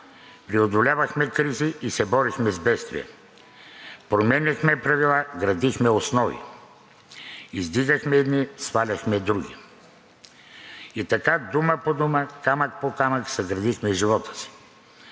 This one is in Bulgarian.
преодолявахме кризи и се борихме с бедствия, променяхме правила, градихме основи, издигахме едни, сваляхме други. И така дума по дума, камък по камък съградихме живота си.